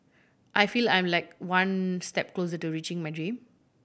I feel I am like one step closer to reaching my dream